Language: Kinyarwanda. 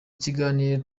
kiganiro